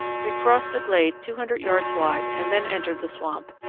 we crossed a glade two hundred yards wide and then entered the swamp.